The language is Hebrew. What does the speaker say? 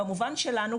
במובן שלנו,